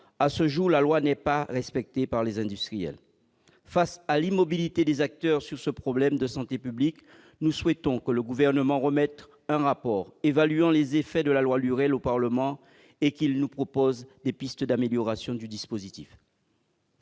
pas totalement appliquée par les industriels. Face à l'immobilité des acteurs sur ce problème de santé publique, nous souhaitons que le Gouvernement remette au Parlement un rapport évaluant les effets de la loi Lurel et qu'il nous propose des pistes d'amélioration du dispositif.